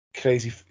crazy